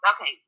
okay